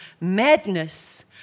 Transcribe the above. madness